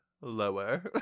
Lower